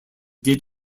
did